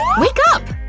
wake up!